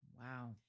wow